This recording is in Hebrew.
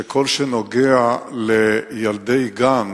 שככל שנוגע לילדי גן